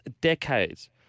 decades